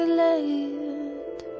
late